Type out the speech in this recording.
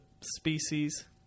species